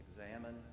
examine